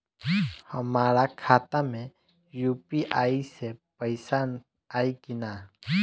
हमारा खाता मे यू.पी.आई से पईसा आई कि ना?